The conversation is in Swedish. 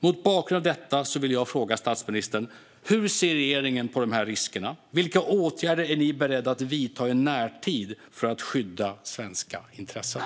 Mot bakgrund av detta frågar jag statsministern: Hur ser regeringen på dessa risker? Vilka åtgärder är ni beredda att vidta i närtid för att skydda svenska intressen?